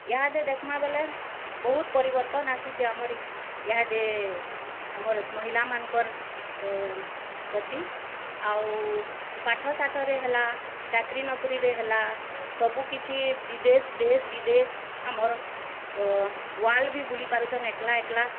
ଇହାଦେ ଦେଖମା ବେଲେ ବହୁତ୍ ପରିବର୍ତ୍ତନ୍ ଆସିଛେ ଆମର୍ ଇହାଦେ ଆମର୍ ମହିଲାମାନକର୍ ପ୍ରତି ଆଉ ପାଠ ଶାଠରେ ହେଲା ଚାକିରି ନକରୀରେ ହେଲା ସବୁ କିଛି ବିଦେଶ ଦେଶ୍ ବିଦେଶ୍ ଆମର୍ ଓ୍ବାର୍ଲ୍ଡ ବି ବୁଲି ପାରୁୁଛନ୍ ଏକଲା ଏକଲା